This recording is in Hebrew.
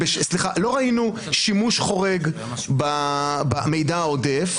ראינו שימוש חורג במידע העודף,